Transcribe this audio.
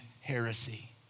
heresy